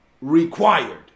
required